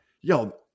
yo